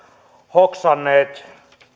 hoksanneet